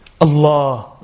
Allah